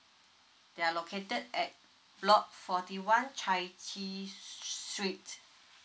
they're located at block forty one chai chee street